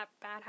bad